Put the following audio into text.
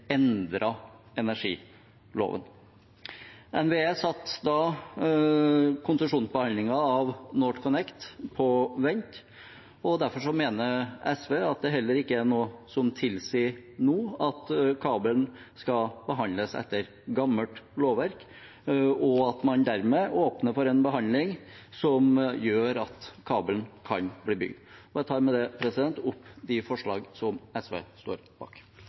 energiloven. NVE satte da konsesjonsbehandlingen av NorthConnect på vent. Derfor mener SV at det heller ikke nå er noe som tilsier at kabelen skal behandles etter gammelt lovverk, og at man dermed åpner for en behandling som gjør at kabelen kan bli bygd. Jeg er glad for det